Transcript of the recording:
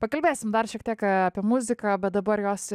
pakalbėsim dar šiek tiek apie muziką bet dabar jos